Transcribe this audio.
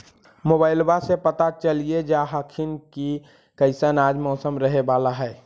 मोबाईलबा से पता चलिये जा हखिन की कैसन आज मौसम रहे बाला है?